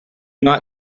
not